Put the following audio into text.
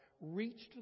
reached